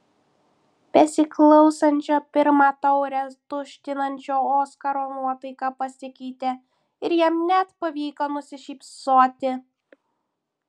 besiklausančio pirmą taurę tuštinančio oskaro nuotaika pasikeitė ir jam net pavyko nusišypsoti